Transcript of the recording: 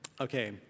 okay